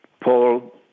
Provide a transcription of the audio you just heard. Paul